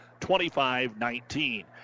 25-19